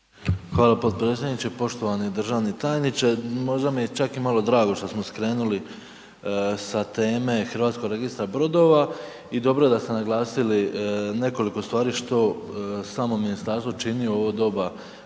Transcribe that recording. Hvala potpredsjedniče, poštovani državni tajniče, možda mi je čak i malo drago što smo skrenuli sa teme Hrvatskog registra brodova i dobro je da ste naglasili nekoliko stvari što samo ministarstvo čini u ovo doba